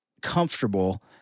comfortable